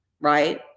Right